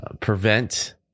prevent